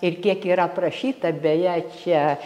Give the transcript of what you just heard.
ir kiek yra aprašyta beje čia